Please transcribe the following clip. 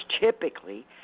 typically